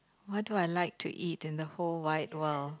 what do I like to eat in the whole wide world